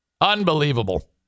Unbelievable